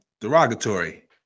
Derogatory